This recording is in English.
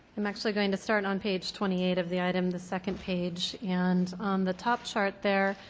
i'm actually going to start on page twenty eight of the item, the second page. and on the top chart there,